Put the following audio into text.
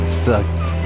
sucks